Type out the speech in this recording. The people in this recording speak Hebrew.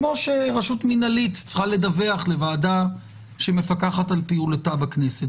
כמו שרשות מינהלית צריכה לדווח לוועדה שמפקחת על פעולתה בכנסת.